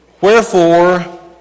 Wherefore